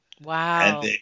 Wow